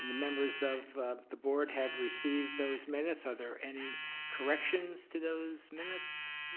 members of the board have received those minutes. are there any corrections to those minutes?